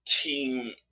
team